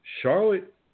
Charlotte